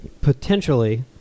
potentially